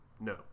no